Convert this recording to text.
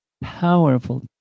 powerful